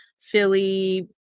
Philly